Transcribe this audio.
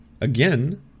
again